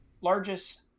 largest